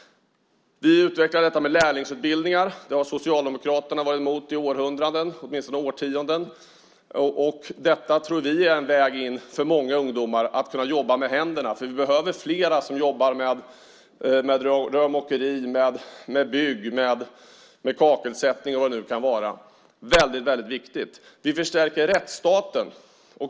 Vi utvecklar lärlingsutbildningar. Det har Socialdemokraterna varit emot i århundraden, åtminstone i årtionden. Att kunna jobba med händerna tror vi är en väg in för många ungdomar. Vi behöver flera som jobbar med rörmokeri, med bygg, med kakelsättning och vad det nu kan vara. Det är mycket viktigt. Vi förstärker rättsstaten.